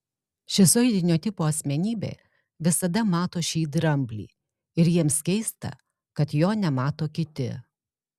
šizoidinio tipo asmenybė visada mato šį dramblį ir jiems keista kad jo nemato kiti